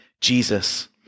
Jesus